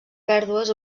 pèrdues